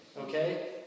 Okay